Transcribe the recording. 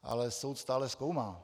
Ale soud stále zkoumá.